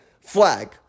Flag